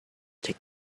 take